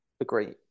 Agree